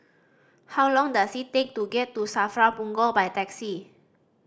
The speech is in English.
how long does it take to get to SAFRA Punggol by taxi